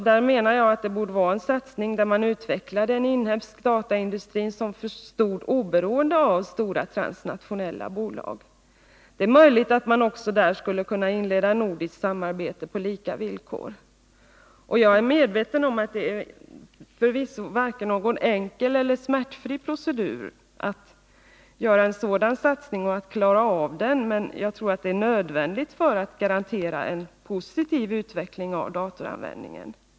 Jag menar att det borde vara en satsning där man utvecklar en inhemsk dataindustri som står oberoende av stora transnationella bolag. Man skulle möjligen kunna inleda ett nordiskt samarbete på lika villkor. Det är förvisso inte någon enkel eller smärtfri procedur att göra en sådan satsning. Men jag tror att det är nödvändigt för att klara en positiv utveckling av datoranvändningen.